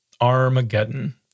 Armageddon